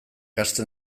hasten